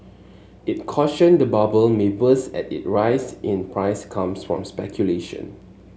it cautioned that the bubble may burst as its rise in price comes from speculation